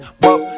Whoa